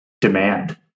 demand